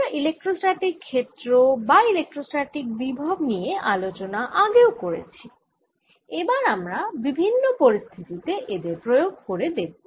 আমরা ইলেক্ট্রোস্ট্যাটিক ক্ষেত্র বা ইলেক্ট্রোস্ট্যাটিক বিভব নিয়ে আলোচনা আগেও করেছি এবার আমরা বিভিন্ন পরিস্থিতি তে এদের প্রয়োগ করে দেখব